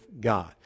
god